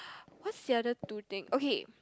what is the other two thing okay